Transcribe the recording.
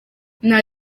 nta